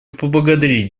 поблагодарить